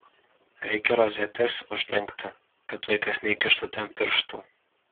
reikia rozetes uždengti kad vaikas neįkištų ten pirštų